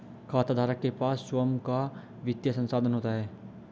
खाताधारक के पास स्वंय का वित्तीय संसाधन होता है